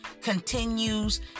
continues